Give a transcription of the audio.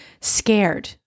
scared